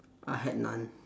I had none